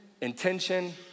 intention